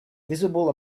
visible